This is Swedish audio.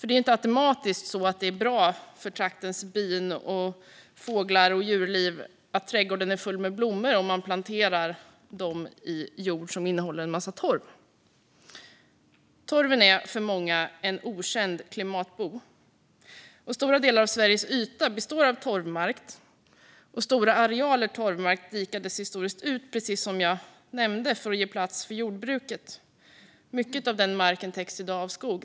Det är inte automatiskt bra för traktens bin, fåglar och djurliv att trädgården är full med blommor om man planterar dem i jord som innehåller en massa torv. Torven är för många en okänd klimatbov. Stora delar av Sveriges yta består av torvmark, och stora arealer torvmark har historiskt dikats ut, precis som jag nämnde, för att ge plats för jordbruket. Mycket av den marken täcks i dag av skog.